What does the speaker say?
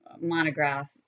monograph